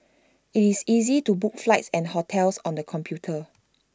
IT is easy to book flights and hotels on the computer